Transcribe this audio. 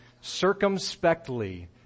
Circumspectly